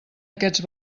aquests